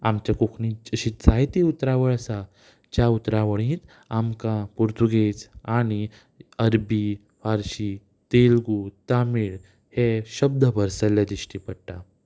आमच्या कोंकणी अशी जायती उतरावळ आसा ज्या उतरावळींत आमकां पुर्तुगेज आनी अरबी फारशी तेलुगू तमिळ हे शब्द भरसल्ले दिश्टी पडटा